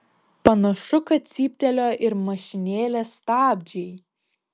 panašu kad cyptelėjo ir mašinėlės stabdžiai